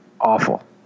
awful